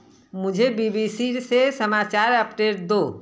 मुझे B B C से समाचार अपडेट दो